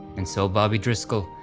and so bobby driscoll,